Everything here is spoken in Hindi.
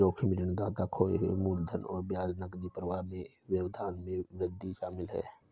जोखिम ऋणदाता खोए हुए मूलधन और ब्याज नकदी प्रवाह में व्यवधान में वृद्धि शामिल है